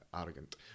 arrogant